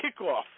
kickoff